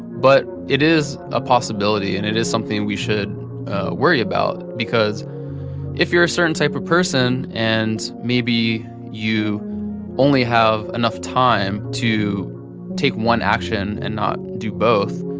but it is a possibility. and it is something we should worry about because if you're a certain type of person and maybe you only have enough time to take one action and not do both,